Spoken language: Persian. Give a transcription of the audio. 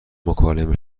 مکالمه